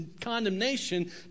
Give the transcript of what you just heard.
condemnation